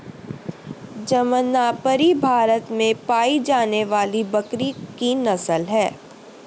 जमनापरी भारत में पाई जाने वाली बकरी की नस्ल है